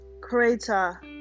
crater